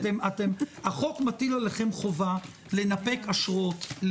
החוק מטיל עליכם חובה, לנפק אשרות.